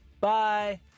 Bye